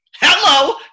Hello